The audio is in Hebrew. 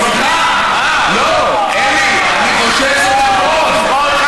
סליחה, אלי, אני חושב שזה נכון.